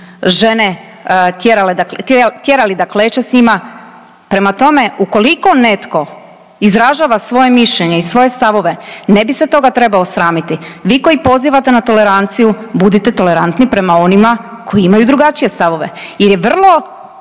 žene tjerali da kleče s njima. Prema tome ukoliko netko izražava svoje mišljenje i svoje stavove, ne bi se toga trebao sramiti. Vi koji pozivate na toleranciju budite tolerantni prema onima koji imaju drugačije stavove. Jer je vrlo